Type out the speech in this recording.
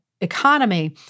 economy